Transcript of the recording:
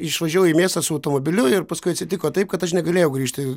išvažiavau į miestą automobiliu ir paskui atsitiko taip kad aš negalėjau grįžti